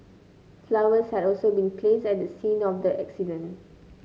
flowers had also been placed at the scene of the accident